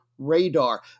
Radar